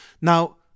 Now